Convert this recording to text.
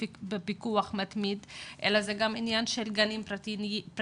בפיקוח מתמיד אלא זה גם עניין של גנים פרטיים,